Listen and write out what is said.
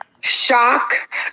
shock